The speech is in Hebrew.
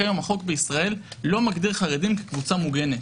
כיום החוק בישראל לא מגדיר חרדים כקבוצה מוגנת.